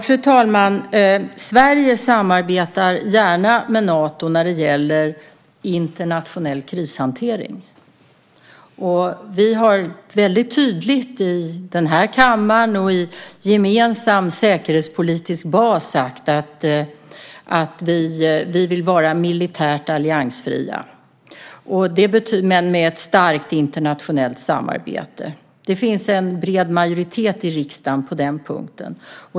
Fru talman! Sverige samarbetar gärna med Nato när det gäller internationell krishantering. Vi har mycket tydligt i denna kammare och inom en gemensam säkerhetspolitisk bas sagt att vi vill vara militärt alliansfria men med ett starkt internationellt samarbete. Det finns en bred majoritet i riksdagen på den punkten.